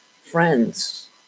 friends